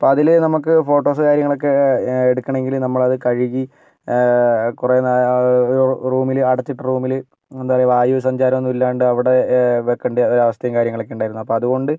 അപ്പം അതിൽ നമുക്ക് ഫോട്ടോസ് കാര്യങ്ങളൊക്കെ എടുക്കണമെങ്കിൽ നമ്മളത് കഴുകി കുറേ നേരം ഒരു റൂമിൽ അടച്ചിട്ട റൂമിൽ എന്താ പറയുക വായു സഞ്ചാരമൊന്നും ഇല്ലാണ്ട് അവിടെ വെക്കേണ്ട ഒരവസ്ഥയും കാര്യങ്ങളൊക്കെ ഇണ്ടായിരുന്നു അപ്പം അതു കൊണ്ട്